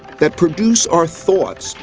that produce our thoughts,